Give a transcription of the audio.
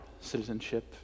citizenship